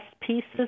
pieces